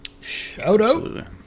Shout-out